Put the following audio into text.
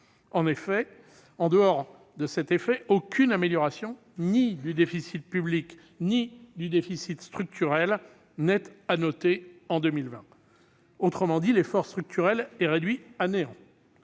En dehors de cet effet, aucune amélioration ni du déficit public ni du déficit structurel n'est à noter en 2020 : autrement dit, l'effort structurel est réduit à néant